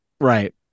Right